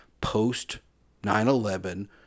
post-9-11